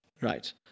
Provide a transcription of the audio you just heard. right